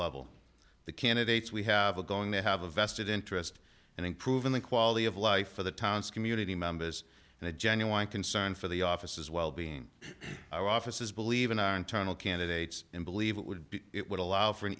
level the candidates we have a going to have a vested interest in improving the quality of life for the town's community members and a genuine concern for the office as well being our offices believe in our internal candidates and believe it would be it would allow for an